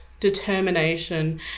determination